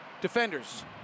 defenders